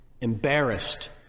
embarrassed